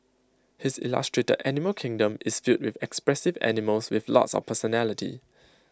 his illustrated animal kingdom is filled with expressive animals with lots of personality